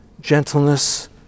gentleness